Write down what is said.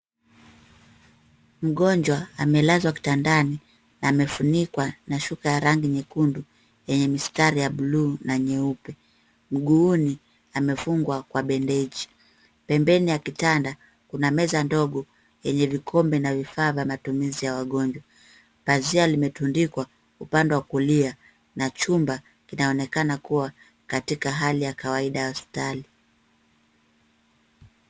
Mgonjwa amelazwa kitandani na amefunikwa na shuka ya rangi nyekundu, yenye mistari ya bluu na nyeupe. Mguuni amefungwa kwa bendeji. Pembeni ya kitanda kuna meza ndogo yenye vikombe na vifaa vya matumizi ya wagonjwa. Pazia limetundikwa upande wa kulia na chumba kinaonekana kuwa katika hali ya kawaida ya hospitali.